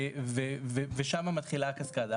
ושם מתחילה ה-cascade.